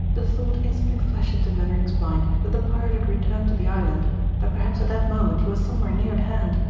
the thought instantly flashed into mainwaring's mind that the pirate had returned to the island that perhaps at that moment he was somewhere near at hand.